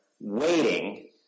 waiting